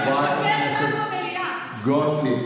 חברת הכנסת גוטליב,